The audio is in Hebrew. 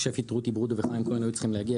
השפים רותי ברודו וחיים כהן היו צריכים להגיע,